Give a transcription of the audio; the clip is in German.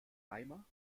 weimar